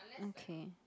okay